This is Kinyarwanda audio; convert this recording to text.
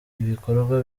ibikorwa